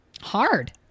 hard